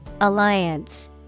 Alliance